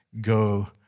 go